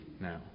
now